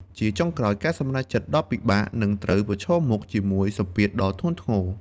ជាចុងក្រោយ ការសម្រេចចិត្តដ៏ពិបាក នឹងត្រូវប្រឈមមុខជាមួយសម្ពាធដ៏ធ្ងន់ធ្ងរ។